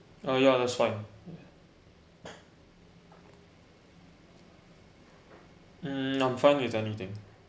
uh ya that's fine mm I'm fine with anything